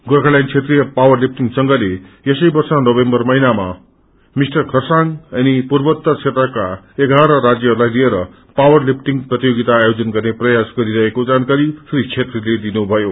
गोर्खाल्याण्ड क्षेत्राय power lifting संघले यसै वर्ष नवम्बर महिनामा मिष्टर खरसाङ अनि पूर्वोतर क्षेत्रका एघाह राजयहरूलाई लिएर पावर लिफ्टिङ प्रतियोगिता आयोजन गन्ने प्रयास गरिरहेको जानकारी श्री छेत्रीले दिनुभयो